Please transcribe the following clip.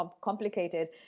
complicated